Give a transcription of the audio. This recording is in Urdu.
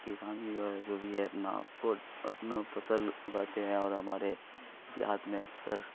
کسان ہی جو ہے جو بھی ہے اپنا اپنا فصل اگاتے ہیں اور ہمارے دیہات میں اکثر